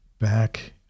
back